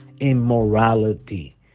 immorality